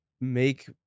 make